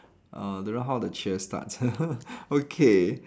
uh don't know how the cheer starts okay